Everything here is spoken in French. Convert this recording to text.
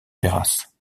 terrasse